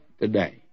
today